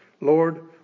Lord